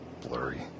blurry